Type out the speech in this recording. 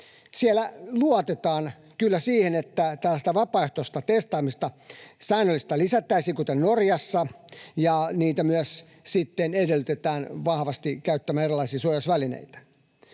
että tällaista säännöllistä vapaaehtoista testaamista lisättäisiin kuten Norjassa, ja myös sitten edellytetään vahvasti käyttämään erilaisia suojausvälineitä.